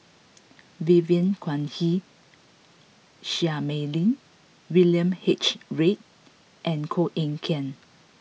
Vivien Quahe Seah Mei Lin William H Read and Koh Eng Kian